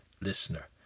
listener